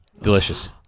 Delicious